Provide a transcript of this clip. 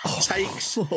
takes